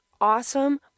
awesome